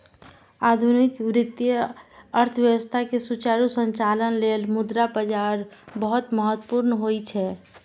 आधुनिक वित्तीय अर्थव्यवस्था के सुचारू संचालन लेल मुद्रा बाजार बहुत महत्वपूर्ण होइ छै